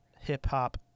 hip-hop